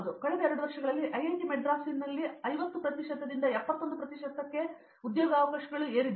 ಹಾಗಾಗಿ ಕಳೆದ 2 ವರ್ಷಗಳಲ್ಲಿ ಐಐಟಿ ಮದ್ರಾಸ್ 50 ರಿಂದ 71 ಕ್ಕೆ ಏರಿದೆ